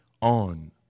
on